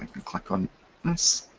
can click on this